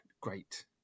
great